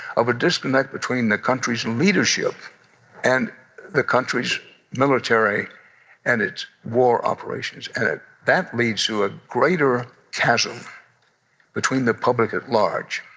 of a disconnect between the country's leadership and the country's military and its war operations. and that leads to a greater chasm between the public at large.